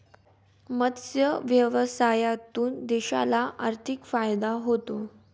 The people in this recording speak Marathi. मत्स्य व्यवसायातून देशाला आर्थिक फायदा होतो